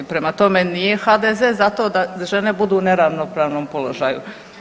Prema tome, nije HDZ za to da žene budu u neravnopravnom položaju.